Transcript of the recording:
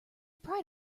pride